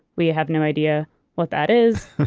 we have no idea what that is.